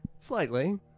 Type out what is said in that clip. Slightly